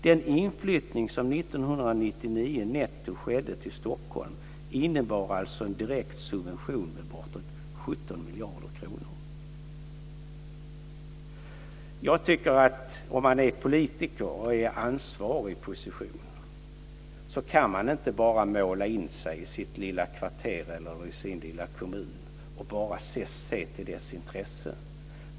Den inflyttning som 1999 netto skedde till Stockholm innebar alltså en direkt subvention med bortåt 17 miljarder kronor. Jag tycker att om man är politiker och i ansvarig position kan man inte bara måla in sig i sitt lilla kvarter eller i sin lilla kommun och bara se till dess intressen.